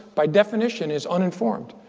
by definition, is uninformed.